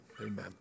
Amen